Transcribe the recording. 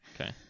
Okay